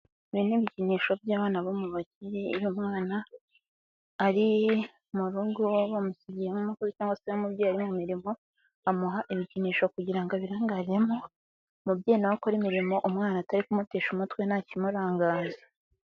Ibi ni ibikinisho by'abana bo mubakire iyo umwana ari murugo bamusigiye nk'umukozi cyangwa se umubyeyi ari mu mirimo, amuha ibikinisho kugira ngo abirangariremo. Umubyeyi na we akore imirimo umwana atari kumutesha umutwe ntakimurangaza.